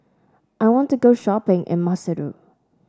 I want to go shopping in Maseru